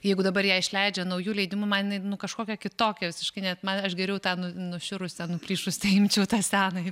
jeigu dabar ją išleidžia nauju leidimu man jinai nu kažkokia kitokia visiškai net man aš geriau tą nušiurusią nuplyšusią imčiau tą senąjį